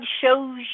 shows